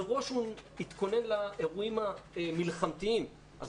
מראש הוא התכונן לאירועים המלחמתיים אז